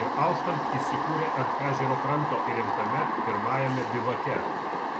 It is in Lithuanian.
ir auštant įsikūrė ant ežero kranto įrengtame pirmajame bivake